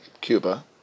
Cuba